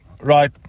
right